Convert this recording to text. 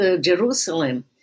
Jerusalem